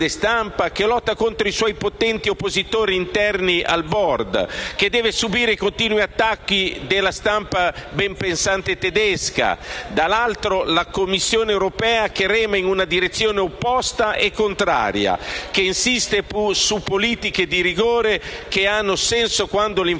quale lotta contro i suoi potenti oppositori interni al *board* e deve subire i continui attacchi della stampa benpensante tedesca. Dall'altro c'è la Commissione europea, che rema in una direzione opposta e contraria, che insiste su politiche di rigore, che hanno senso quando l'inflazione